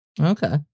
Okay